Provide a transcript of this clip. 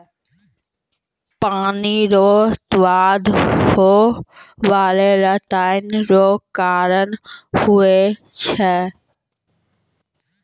पानी रो स्वाद होय बाला रसायन रो कारण हुवै छै